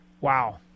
Wow